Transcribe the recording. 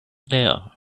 there